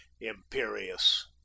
imperious